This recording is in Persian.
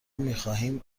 میخواهیم